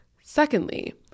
Secondly